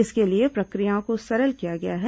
इसके लिए प्रक्रियाओं को सरल किया गया है